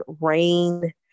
rain